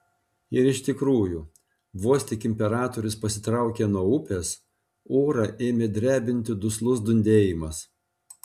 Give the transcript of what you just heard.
ir iš tikrųjų vos tik imperatorius pasitraukė nuo upės orą ėmė drebinti duslus dundėjimas